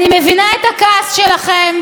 אני מבינה את הכעס שלכם.